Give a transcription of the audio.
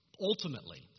ultimately